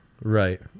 right